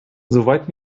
soweit